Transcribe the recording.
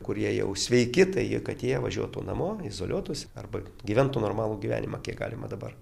kurie jau sveiki tai jie kad jie važiuotų namo izoliuotųsi arba gyventų normalų gyvenimą kiek galima dabar